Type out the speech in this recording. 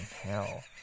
hell